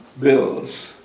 bills